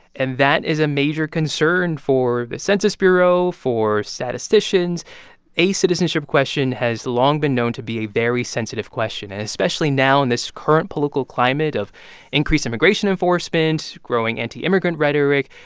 and that is a major concern for the census bureau, for statisticians a citizenship question has long been known to be a very sensitive question. and especially now in this current political climate of increased immigration enforcement, growing anti-immigrant rhetoric,